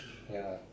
ya